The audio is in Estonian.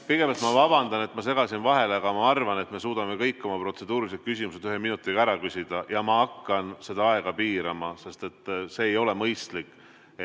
Kõigepealt ma vabandan, et ma segasin vahele, aga ma arvan, et me suudame kõik oma protseduurilised küsimused ühe minutiga ära küsida ja ma hakkan seda aega piirama, sest muidu see ei ole mõistlik.